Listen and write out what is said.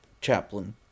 chaplain